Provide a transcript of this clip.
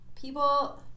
people